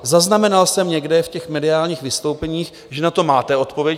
Zaznamenal jsem někde v těch mediálních vystoupeních, že na to máte odpověď.